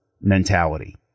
mentality